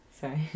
Sorry